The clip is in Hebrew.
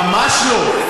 ממש לא.